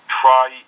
try